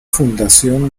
fundación